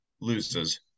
loses